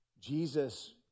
Jesus